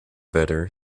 better